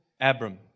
Abram